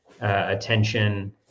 attention